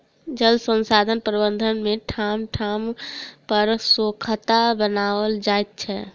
जल संसाधन प्रबंधन मे ठाम ठाम पर सोंखता बनाओल जाइत छै